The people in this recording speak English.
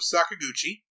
Sakaguchi